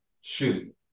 shoot